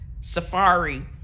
Safari